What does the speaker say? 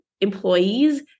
employees